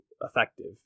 effective